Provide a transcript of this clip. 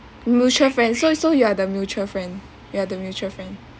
mutual friend so so you are the mutual friend you are the mutual friend